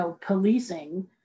policing